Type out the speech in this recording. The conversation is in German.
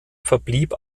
verblieb